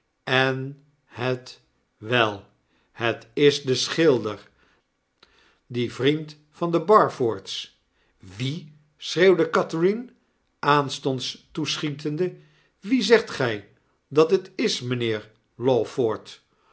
en het wel het is de schilder die vriend van de barfords wie schreeuwde catherine aanstonds toeschietende wie zegt gy dat het is mynheer